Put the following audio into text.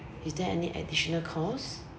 is there any additional cost